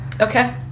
Okay